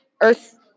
earth